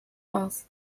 aus